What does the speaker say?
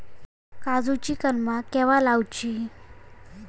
काजुची कलमा केव्हा लावची?